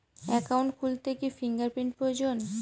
Account খুলতে কি fingerprint প্রয়োজন?